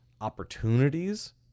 opportunities